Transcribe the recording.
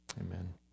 Amen